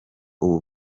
ubu